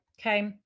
Okay